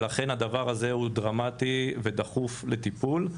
ולכן הדבר הזה הוא דרמטי ודחוף לטיפול.